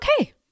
okay